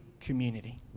community